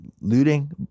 looting